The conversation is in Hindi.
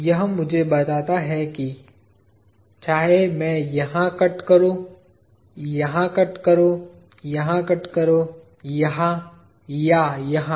यह मुझे बताता है कि चाहे मैं यहाँ कट करू यहाँ कट करू यहाँ कट करू यहाँ या यहाँ